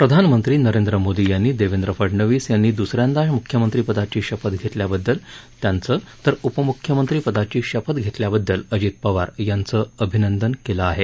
प्रधानमंत्री नरेंद्र मोदी यांनी देवेंद्र फडणवीस यांनी दुसऱ्यांदा मुख्यमंत्रीपदाची शपथ घेतल्याबद्दल त्यांचं तर उपमुख्यमंत्रीपदाची शपथ घेतल्याबद्दल अजित पवार यांचं अभिनंदन केलं आहे